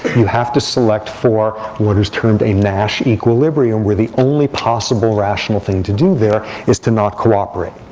you have to select for what is termed a nash equilibrium, where the only possible rational thing to do there is to not cooperate.